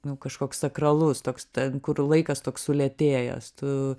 nu kažkoks sakralus toks ten kur laikas toks sulėtėjęs tu